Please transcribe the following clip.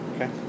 Okay